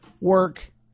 work